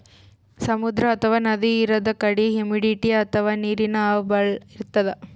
ಸಮುದ್ರ ಅಥವಾ ನದಿ ಇರದ್ ಕಡಿ ಹುಮಿಡಿಟಿ ಅಥವಾ ನೀರಿನ್ ಆವಿ ಭಾಳ್ ಇರ್ತದ್